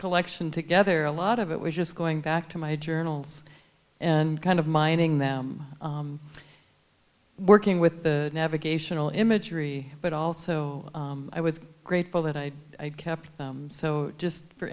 collection together a lot of it was just going back to my journals and kind of mining them working with the navigational imagery but also i was grateful that i kept so just for